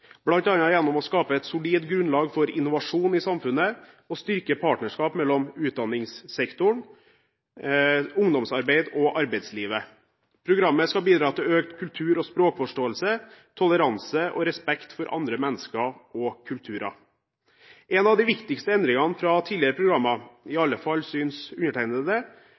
gjennom å skape et solid grunnlag for innovasjon i samfunnet og styrke partnerskap mellom utdanningssektoren, ungdomsarbeidet og arbeidslivet. Programmet skal bidra til økt kultur- og språkforståelse, toleranse og respekt for andre mennesker og kulturer. En av de viktigste endringene fra tidligere programmer er – i alle fall synes undertegnede